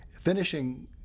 Finishing